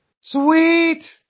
Sweet